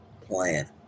plan